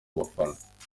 bafana